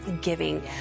giving